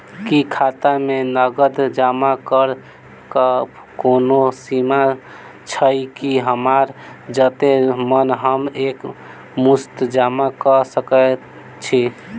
की खाता मे नगद जमा करऽ कऽ कोनो सीमा छई, की हमरा जत्ते मन हम एक मुस्त जमा कऽ सकय छी?